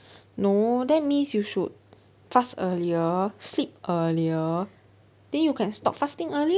no that means you should fast earlier sleep earlier then you can stop fasting earlier